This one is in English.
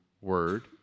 word